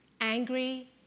angry